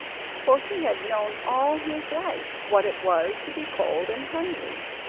for he had known all his life what it was to be cold and hungry,